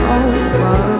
over